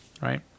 Right